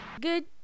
Good